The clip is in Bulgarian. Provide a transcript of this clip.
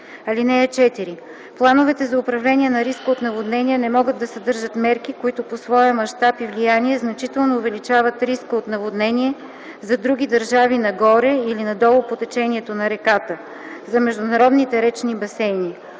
(4) Плановете за управление на риска от наводнения не могат да съдържат мерки, които по своя мащаб и влияние значително увеличават риска от наводнение за други държави нагоре или надолу по течението на реката – за международните речни басейни,